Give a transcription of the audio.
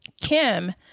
Kim